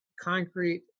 concrete